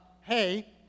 hey